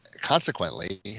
consequently